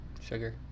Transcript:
sugar